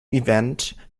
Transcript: event